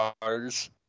cars